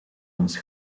ons